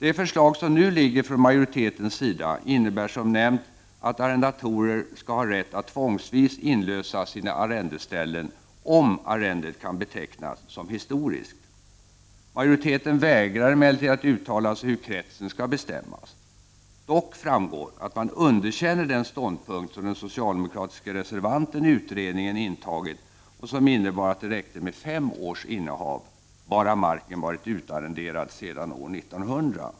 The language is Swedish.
Det förslag som nu föreligger från majoritetens sida innebär som nämnts att arrendatorer skall ha rätt att tvångsvis inlösa sina arrendeställen, om ar rendet kan betecknas som historiskt. Majoriteten vägrar emellertid att uttala sig om hur kretsen skall bestämmas. Dock framgår att majoriteten underkänner den ståndpunkt som den socialdemokratiske reservanten i utredningen intagit och som innebar att det räckte med fem års innehav, bara marken varit utarrenderad sedan år 1900.